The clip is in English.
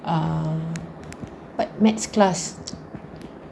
uh but math class